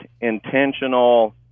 intentional